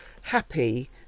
happy